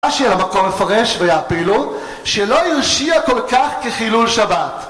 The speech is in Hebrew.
אשר המקום יפרש והפעילות שלא ירשיע כל כך כחילול שבת